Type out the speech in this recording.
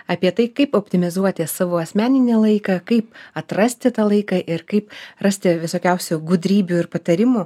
apie tai kaip optimizuoti savo asmeninį laiką kaip atrasti tą laiką ir kaip rasti visokiausių gudrybių ir patarimų